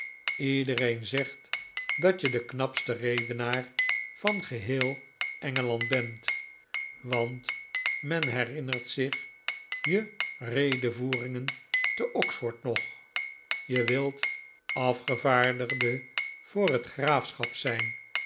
iedereen zegt dat je de knapste redenaar van geheel engeland bent want men herinnert zich je redevoeringen te oxford nog je wilt afgevaardigde voor het graafschap zijn